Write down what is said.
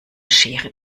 schere